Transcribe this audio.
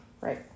Right